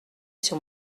sur